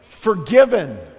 Forgiven